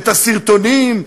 את הסרטונים,